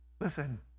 Listen